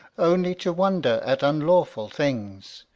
only to wonder at unlawful things,